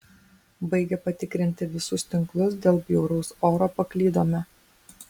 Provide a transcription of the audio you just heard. baigę patikrinti visus tinklus dėl bjauraus oro paklydome